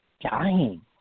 dying